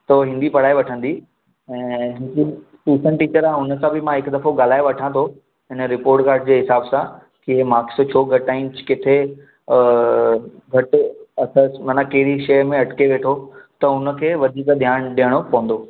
त हिंदी पढ़ाए वठंदी ऐं हिन जी टूशन टीचर आहे हुन सां बि मां हिकु दफ़ो ॻाल्हाए वठां थो हिन रिपोर्ट कॉड जे हिसाब सां की इहे मार्क्स छो घटि आहिनि किथे घटि अथसि माना कहिड़ी शइ में अटिके वेठो त उन खे वधीक ध्यानु ॾियणो पवंदो